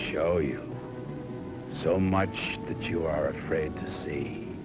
show you so much that you are afraid to see